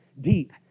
deep